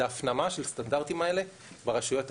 זה הפנמה של הסטנדרטים האלה ברשויות עצמן,